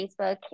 Facebook